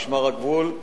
משמר הגבול,